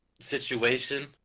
situation